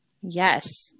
Yes